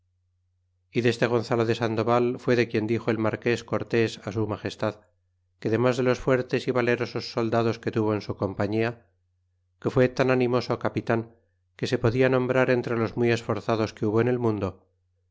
y deste gonzalo de sandoval fue de quien dixo el marqués cortes á su magestad que demás de los fuertes y valerosos soldados que tuvo en su compañia que fue tan animoso capitan que se podia nombrar entre los muy esforzados que hubo en el mundo